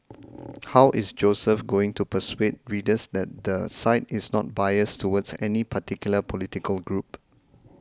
how is Joseph going to persuade readers that the site is not biased towards any particular political group